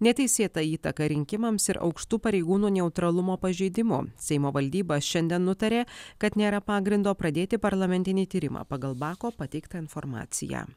neteisėta įtaka rinkimams ir aukštų pareigūnų neutralumo pažeidimu seimo valdyba šiandien nutarė kad nėra pagrindo pradėti parlamentinį tyrimą pagal bako pateiktą informaciją